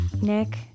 Nick